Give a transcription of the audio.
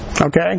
Okay